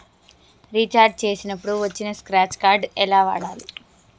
Recharge చేసినప్పుడు వచ్చిన scratch card ఎలా వాడాలి?